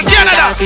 Canada